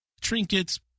trinkets